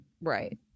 right